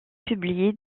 publié